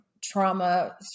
trauma